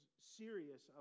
serious